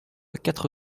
quatre